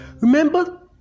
Remember